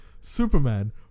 Superman